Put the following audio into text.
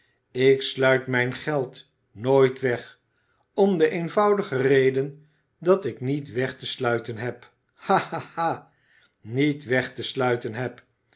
ik sluit mijn geld nooit weg om de eenvoudige reden dat ik niet weg te sluiten heb ha ha ha niet weg te sluiten heb